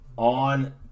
On